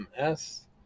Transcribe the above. MS